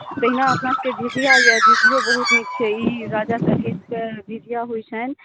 तहिना अपनासभके झिझिया यए झिझियो बहुत नीक छै ई राजा सलहेसके झिझिया होइत छनि